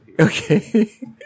Okay